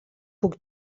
puc